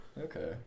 Okay